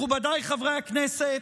מכובדיי חברי הכנסת,